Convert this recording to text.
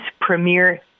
premier